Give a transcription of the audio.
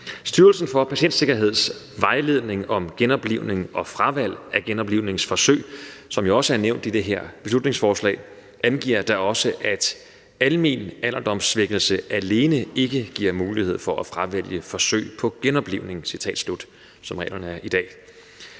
Styrelsen for Patientsikkerheds vejledning om genoplivning og fravalg af genoplivningsforsøg, som jo også er nævnt i det her beslutningsforslag, angiver da også, at almen alderdomssvækkelse alene ikke giver mulighed for at fravælge forsøg på genoplivning,